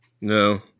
No